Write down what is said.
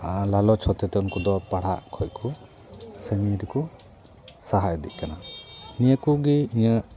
ᱞᱟᱞᱚᱪ ᱦᱚᱛᱮ ᱛᱮ ᱩᱱᱠᱩ ᱫᱚ ᱯᱟᱲᱦᱟᱜ ᱠᱷᱚᱱ ᱠᱚ ᱥᱟᱺᱜᱤᱧ ᱨᱮᱠᱚ ᱥᱟᱦᱟ ᱤᱫᱤᱜ ᱠᱟᱱᱟ ᱱᱤᱭᱟᱹ ᱠᱚᱜᱮ ᱤᱧᱟᱹᱜ